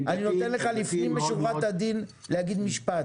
אני נותן לך לפנים משורת הדין להגיד משפט